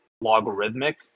Logarithmic